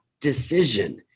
decision